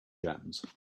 jams